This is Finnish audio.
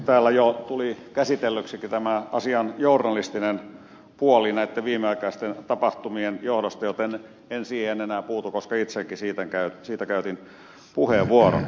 täällä jo tuli käsitellyksikin tämä asian journalistinen puoli näitten viimeaikaisten tapahtumien johdosta joten en siihen enää puutu koska itsekin siitä käytin puheenvuoron